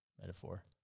metaphor